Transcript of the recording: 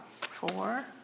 Four